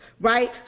Right